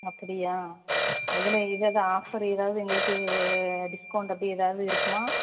அப்படியா அதில் எதாவது ஆஃபர் எதாவது எங்களுக்கு டிஸ்கவுண்ட் அப்படி எதாவது இருக்குமா